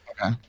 okay